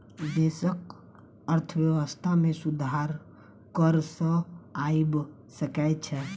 देशक अर्थव्यवस्था में सुधार कर सॅ आइब सकै छै